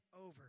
over